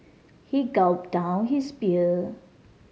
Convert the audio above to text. he gulped down his beer